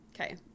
Okay